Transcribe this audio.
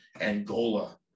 Angola